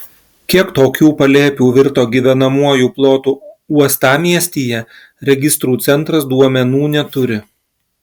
kiek tokių palėpių virto gyvenamuoju plotu uostamiestyje registrų centras duomenų neturi